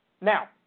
Now